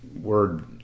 word